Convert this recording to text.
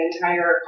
entire